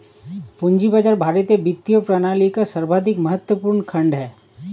पूंजी बाजार भारतीय वित्तीय प्रणाली का सर्वाधिक महत्वपूर्ण खण्ड है